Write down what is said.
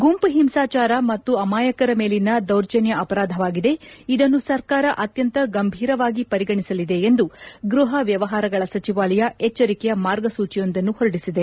ಗುಂಪು ಹಿಂಸಾಚಾರ ಮತ್ತು ಅಮಾಯಕರ ಮೇಲನ ದೌರ್ಜನ್ಹ ಅಪರಾಧವಾಗಿದೆ ಇದನ್ನು ಸರ್ಕಾರ ಅತ್ಯಂತ ಗಂಭೀರವಾಗಿ ಪರಿಗಣಿಸಲಿದೆ ಎಂದು ಗ್ಲಹ ವ್ಲವಹಾರಗಳ ಸಚಿವಾಲಯ ಎಚ್ಲರಿಕೆಯ ಮಾರ್ಗಸೂಚಿಯೊಂದನ್ನು ಹೊರಡಿಸಿದೆ